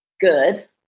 Good